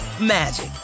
magic